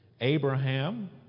Abraham